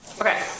Okay